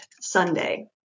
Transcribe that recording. Sunday